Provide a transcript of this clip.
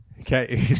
Okay